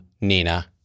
Nina